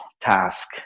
task